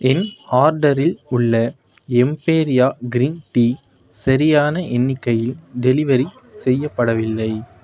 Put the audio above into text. என் ஆர்டரில் உள்ள எம்பீரியா க்ரீன் டீ சரியான எண்ணிக்கையில் டெலிவரி செய்யப்படவில்லை